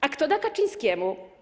A kto da Kaczyńskiemu?